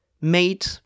made